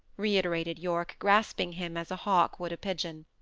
reiterated yorke, grasping him as a hawk would a pigeon.